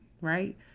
right